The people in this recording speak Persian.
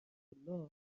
عبدالله